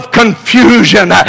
confusion